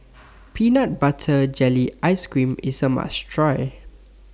Peanut Butter Jelly Ice Cream IS A must Try